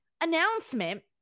announcement